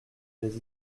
des